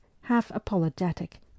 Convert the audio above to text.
half-apologetic